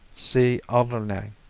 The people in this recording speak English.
see alderney.